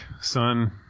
son